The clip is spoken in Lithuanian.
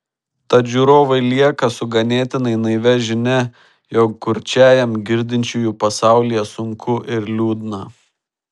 tad žiūrovai lieka su ganėtinai naivia žinia jog kurčiajam girdinčiųjų pasaulyje sunku ir liūdna